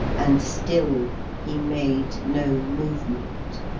and still he made no movement